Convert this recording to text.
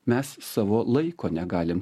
mes savo laiko negalim